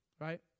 right